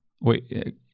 wait